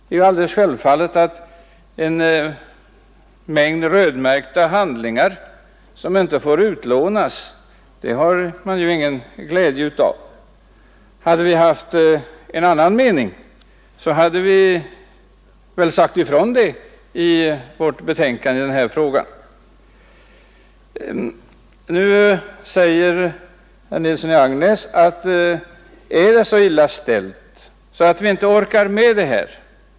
Det är alldeles klart att en mängd rödmärkta handlingar som inte får utlånas inte är till glädje för någon. Om vi där hade haft en annan mening, så hade vi naturligtvis sagt ifrån det i vårt betänkande i denna fråga. Nu frågar herr Nilsson i Agnäs: Är det så illa ställt att vi inte orkar med denna kostnad?